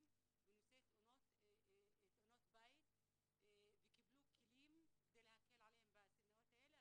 בנושא תאונות בית וקיבלו כלים כדי להקל עליהם בסדנאות האלה.